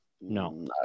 No